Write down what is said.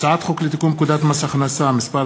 הצעת חוק לתיקון פקודת מס הכנסה (מס'